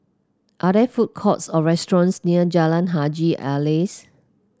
are there food courts or restaurants near Jalan Haji Alias